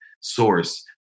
source